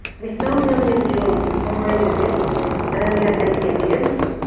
we saw william jones somewhere in the middle and then we had empty, empty, empty.